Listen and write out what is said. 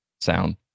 sound